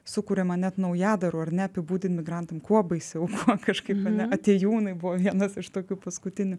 sukuriama net naujadarų ar ne apibūdint migrantam kuo baisiau kažkaip ane atėjūnai buvo vienas iš tokių paskutinių